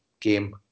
game